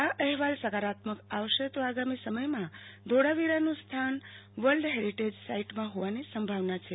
આ અહેવાલ સકારાત્મમ આવશે તો આગામી સમયમાં ધોળાવિરાનું સ્થાન વર્લ્ડ હેસ્ક્રિજ સાઈટમાં હોવાની સંભાવના છે